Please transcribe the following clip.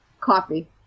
Coffee